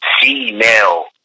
female